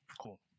cool